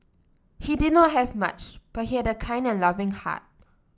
he did not have much but he had a kind and loving heart